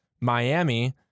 Miami